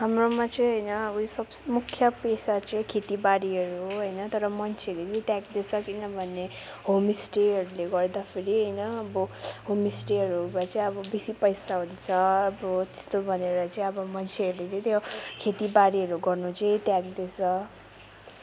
हाम्रोमा चाहिँ होइन अब मुख्य पेशा चाहिँ खेतिबारीहरू हो होइन तर मान्छेहरूले चाहिँ त्याग्दैछ किनभने होमस्टेहरूले गर्दाखेरि होइन अब होमस्टेहरूमा चाहिँ अब बेसी पैसा हुन्छ अब त्यस्तो भनेर चाहिँ अब मान्छेहरूले चाहिँ त्यो खेतिबारीहरू गर्नु चाहिँ त्याग्दैछ